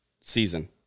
season